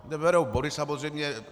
Neberou body, samozřejmě.